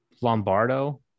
Lombardo